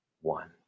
one